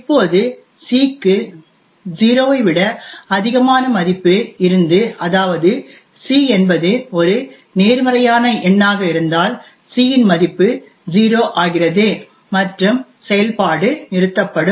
இப்போது c க்கு 0 ஐ விட அதிகமான மதிப்பு இருந்து அதாவது c என்பது ஒரு நேர்மறையான எண்ணாக இருந்தால் c இன் மதிப்பு 0 ஆகிறது மற்றும் செயல்பாடு நிறுத்தப்படும்